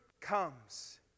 comes